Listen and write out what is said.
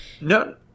No